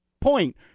point